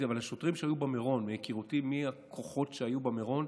אבל מהיכרותי עם הכוחות שהיו במירון,